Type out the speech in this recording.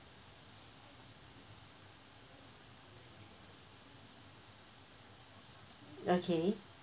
okay